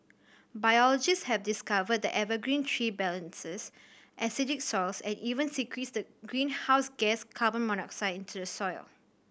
biologists have discovered the evergreen tree balances acidic soils and even secretes the greenhouse gas carbon monoxide into the soil